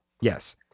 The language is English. Yes